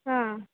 हा